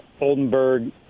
Oldenburg